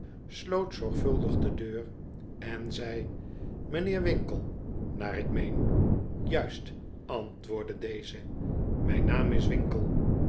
sloot zorgvuldig de deur en zei mijnheer winkle naar ik meen juist antwoordde deze mijn naam is winkle